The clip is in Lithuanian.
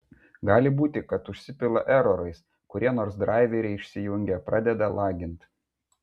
gali būti kad užsipila erorais kurie nors draiveriai išsijungia pradeda lagint